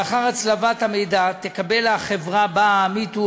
לאחר הצלבת המידע תקבל החברה שבה העמית הוא